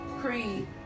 Creed